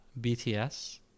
BTS